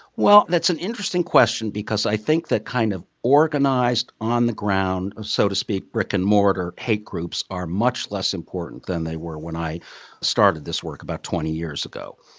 well, that's an interesting question because i think that kind of organized, on the ground, so to speak, brick-and-mortar hate groups are much less important than they were when i started this work about twenty years ago.